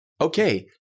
Okay